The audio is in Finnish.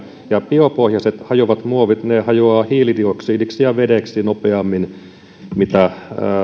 biopohjaiset hajoavat muovit hajoavat hiilidioksidiksi ja vedeksi nopeammin kuin nämä